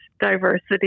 diversity